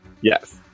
Yes